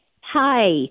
Hi